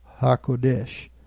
HaKodesh